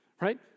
right